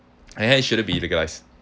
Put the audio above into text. and then it shouldn't be legalised